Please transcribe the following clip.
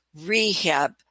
rehab